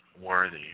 Worthy